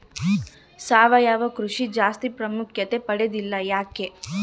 ಸಾವಯವ ಕೃಷಿ ಜಾಸ್ತಿ ಪ್ರಾಮುಖ್ಯತೆ ಪಡೆದಿಲ್ಲ ಯಾಕೆ?